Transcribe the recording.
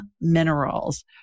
Minerals